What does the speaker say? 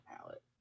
palette